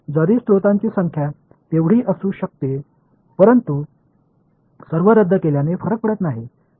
जरी स्त्रोतांची संख्या तेवढी असू शकते परंतु ते सर्व रद्द केल्याने फरक पडत नाही